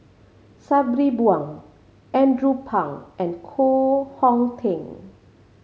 Sabri Buang Andrew Phang and Koh Hong Teng